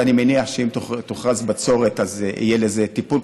אני מניח שאם תוכרז בצורת, יהיה לזה טיפול.